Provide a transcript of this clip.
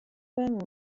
بمون